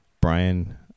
Brian